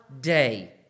day